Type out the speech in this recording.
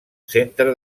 centre